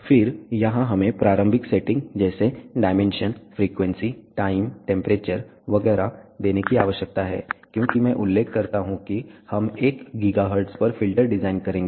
फिर यहां हमें प्रारंभिक सेटिंग्स जैसे डायमेंशन फ्रीक्वेंसी टाइम टेंपरेचर वगैरह देने की आवश्यकता है क्योंकि मैं उल्लेख करता हूं कि हम 1 GHz पर फिल्टर डिजाइन करेंगे